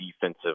defensive